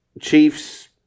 Chiefs